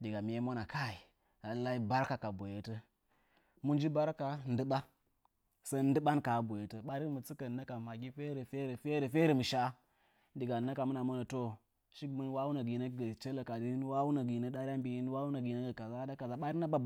Daga miye mwana kai barka ka boyetə. mu nji barka? Ndɨɓan, ɓarin mɨ tsɨka ka ha boyetə ma a ferə ferə mɨ shə ka ha boyetə. Diga hɨmɨna monə, shigɨmɨn wa hina uhəunə chelə kadi, hina uhəunə shin, barina bariyan nashin ferə ferə, ko na